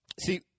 See